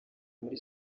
muri